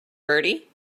bertie